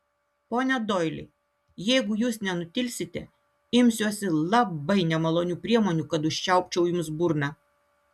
pone doili jeigu jūs nenutilsite imsiuosi labai nemalonių priemonių kad užčiaupčiau jums burną